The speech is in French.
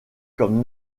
comme